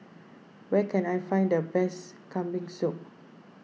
where can I find the best Kambing Soup